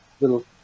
little